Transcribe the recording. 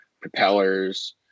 propellers